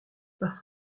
parce